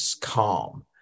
calm